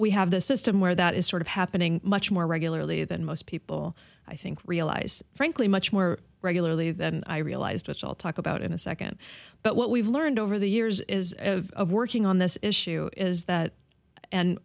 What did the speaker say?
we have this system where that is sort of happening much more regularly than most people i think realize frankly much more regularly than i realized it's all talk about in a second but what we've learned over the years of working on this issue is that and